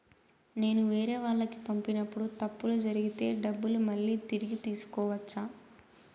నేను వేరేవాళ్లకు పంపినప్పుడు తప్పులు జరిగితే డబ్బులు మళ్ళీ తిరిగి తీసుకోవచ్చా?